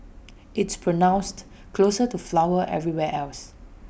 it's pronounced closer to flower everywhere else